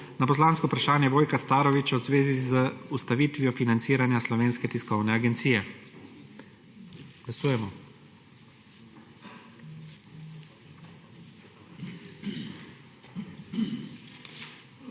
na poslansko vprašanje Vojka Starovića v zvezi z ustavitvijo financiranja Slovenske tiskovne agencije. Glasujemo.